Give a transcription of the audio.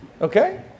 Okay